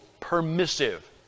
permissive